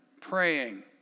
praying